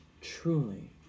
truly